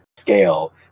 scale